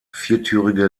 viertürige